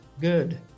good